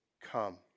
come